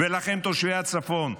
ולכם, תושבי הצפון,